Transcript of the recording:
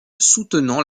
soutenant